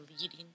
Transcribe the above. leading